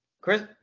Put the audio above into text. Chris